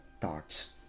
thoughts